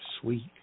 Sweet